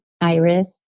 iris